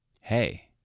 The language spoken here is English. Hey